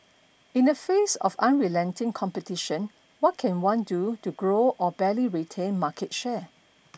in the face of unrelenting competition what can one do to grow or barely retain market share